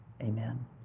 Amen